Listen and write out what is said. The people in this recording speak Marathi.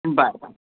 बरं बरं